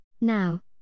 Now